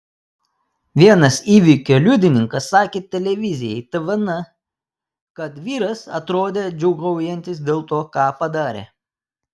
vienas įvykio liudininkas sakė televizijai tvn kad vyras atrodė džiūgaujantis dėl to ką padarė